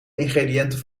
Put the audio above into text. ingrediënten